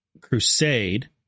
crusade